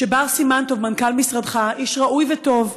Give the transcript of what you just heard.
שיבוא בר סימן טוב, מנכ"ל משרדך, איש ראוי וטוב,